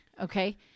okay